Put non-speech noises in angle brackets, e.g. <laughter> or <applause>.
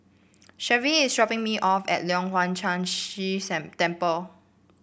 Shelvie is dropping me off at Leong Hwa Chan Si <unintelligible> Temple